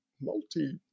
multi